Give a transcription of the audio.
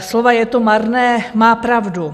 Slova je to marné má pravdu.